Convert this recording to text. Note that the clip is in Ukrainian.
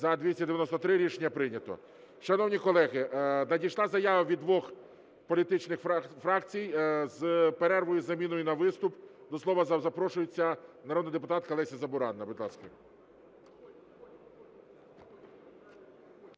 За-293 Рішення прийнято. Шановні колеги, надійшла заява від двох політичних фракцій з перервою із заміною на виступ. До слова запрошується народна депутатка Леся Забуранна.